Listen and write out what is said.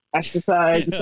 exercise